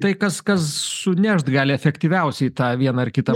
tai kas kas sunešt gali efektyviausiai tą vieną ar kitą